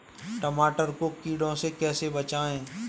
टमाटर को कीड़ों से कैसे बचाएँ?